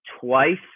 twice